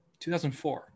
2004